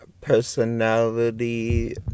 personality